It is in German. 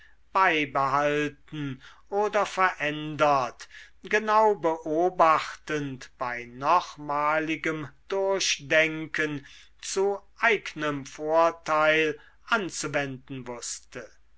beibehalten oder verändert genau beobachtend bei nochmaligem durchdenken zu eignem vorteil anzuwenden wußte